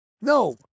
No